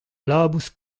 labous